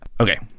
okay